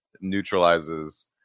neutralizes